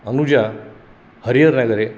अनुजा हरिहरनगरे